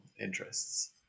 interests